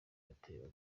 yateraga